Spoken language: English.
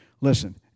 Listen